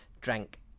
drank